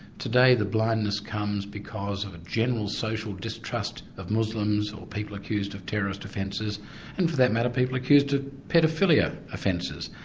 today the blindness comes because of a general social distrust of muslims or people accused of terrorist offences, and for that matter, people accused of ah paedophilia offences.